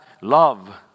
love